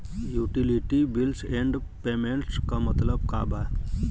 Utility bills and payments क मतलब का बा?